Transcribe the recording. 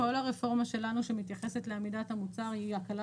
כל הרפורמה שלנו שמתייחסת לעמידת המוצר היא הקלה